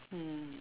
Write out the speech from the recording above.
mm